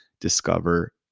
discover